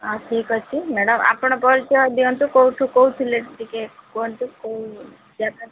ଆଉ ଠିକ୍ ଅଛି ମ୍ୟାଡମ୍ ଆପଣ ପରିଚୟ ଦିଅନ୍ତୁ କେଉଁଠୁ କହୁଥିଲେ ଟିକେ କୁହନ୍ତୁ କେଉଁ ଜାଗାରୁ